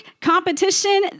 competition